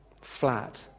flat